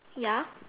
ya